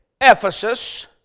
Ephesus